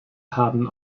haben